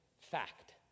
Fact